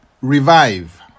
revive